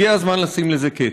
הגיע הזמן לשים לזה קץ.